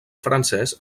francès